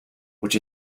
which